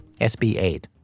SB-8